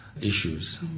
issues